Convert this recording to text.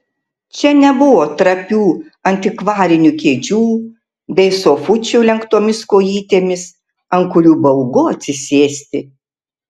čia nebuvo trapių antikvarinių kėdžių bei sofučių lenktomis kojytėmis ant kurių baugu atsisėsti